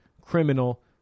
criminal